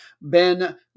Ben